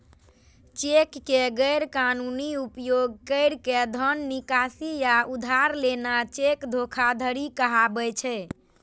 cheque के गैर कानूनी उपयोग कैर के धन निकासी या उधार लेना चेक धोखाधड़ी कहाबै छै